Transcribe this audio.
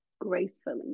gracefully